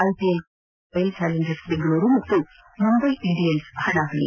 IPL cricket ಇಂದು Royal Challengers Bengaluru ಮತ್ತು Mumbai Indians ಹಣಾಹಣೆ